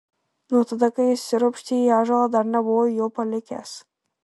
nuo tada kai įsiropštė į ąžuolą dar nebuvo jo palikęs